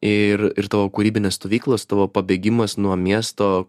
ir ir tavo kūrybinės stovyklos tavo pabėgimas nuo miesto